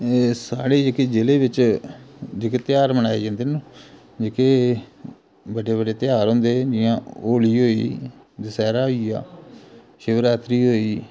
साढ़े जेह्के जिले बिच जेह्के तेहार मनाए जंदे न जेह्के बड्डे बड्डे तेहार हुंदे जि'यां होली होई गेई दशैह्रा होई गेआ शिवरात्रि होई गेई